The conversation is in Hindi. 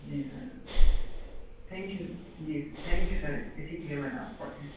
जी सर थैंक यू जी थैंक यू सर इसी के लिए मैंने आपको कॉल की